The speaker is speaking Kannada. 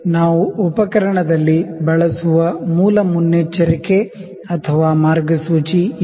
ನಾವು ಉಪಕರಣದಲ್ಲಿ ಬಳಸುವ ಮೂಲ ಮುನ್ನೆಚ್ಚರಿಕೆ ಅಥವಾ ಮಾರ್ಗಸೂಚಿ ಇದು